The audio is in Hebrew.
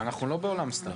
אנחנו לא בעולם סטנדרטי.